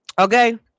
Okay